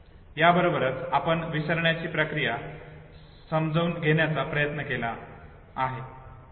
याबरोबरच आपण विसरण्याची प्रक्रिया समजून घेण्याचा प्रयत्न केला आहे